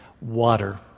Water